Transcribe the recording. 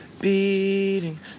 beating